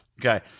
Okay